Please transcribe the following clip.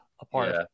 apart